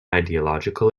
ideological